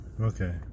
Okay